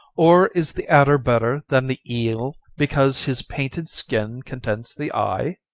or is the adder better than the eel because his painted skin contents the eye?